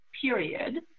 period